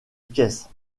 pièce